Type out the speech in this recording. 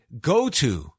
Goto